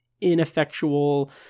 ineffectual